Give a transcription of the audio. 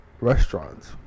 restaurants